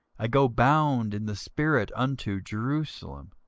i go bound in the spirit unto jerusalem,